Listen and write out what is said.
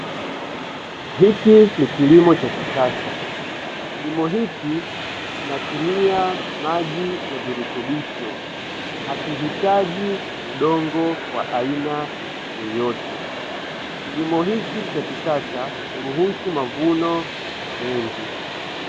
Hiki ni kilimo cha kisasa kilimo hiki kinatumia maji ya virutubisho hakihitaji udongo wa aina yoyote, kilimo hiki cha kisasa huruhusu mavuno mengi.